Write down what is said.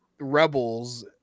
Rebels